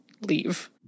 leave